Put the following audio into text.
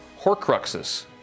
Horcruxes